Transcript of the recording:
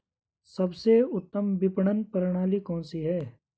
सबसे उत्तम विपणन प्रणाली कौन सी है?